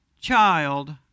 child